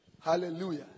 Hallelujah